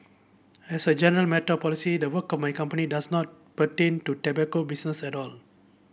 as a general matter of policy the work my company does not pertain to tobacco business at all